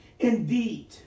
Indeed